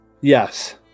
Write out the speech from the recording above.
yes